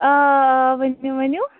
ؤنِو ؤنِو